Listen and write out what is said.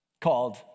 called